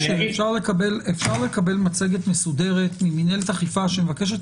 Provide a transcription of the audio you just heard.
אפשר לקבל מצגת מסודרת ממנהלת האכיפה שמבקשת